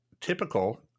typical